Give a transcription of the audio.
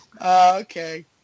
Okay